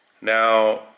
Now